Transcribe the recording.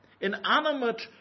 inanimate